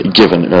given